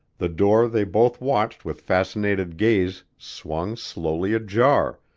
the door they both watched with fascinated gaze swung slowly ajar,